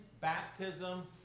baptism